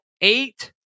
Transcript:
eight